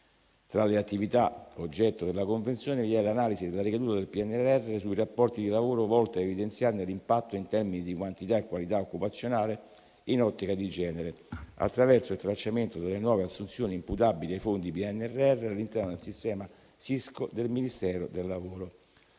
Tra le attività oggetto della convenzione, vi è l'analisi della ricaduta del PNRR sui rapporti di lavoro, volta a evidenziarne l'impatto in termini di quantità e qualità occupazionale in ottica di genere, attraverso il tracciamento delle nuove assunzioni imputabili ai fondi PNRR, all'interno del sistema SISCO del Ministero del lavoro